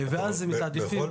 ואז זה מתעדפים.